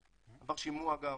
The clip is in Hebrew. עבר שימוע גם,